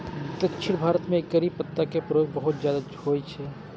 दक्षिण भारत मे करी पत्ता के प्रयोग बहुत ज्यादा होइ छै